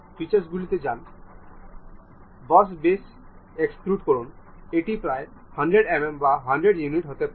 আপনি এখানে এটি খেলতে পারেন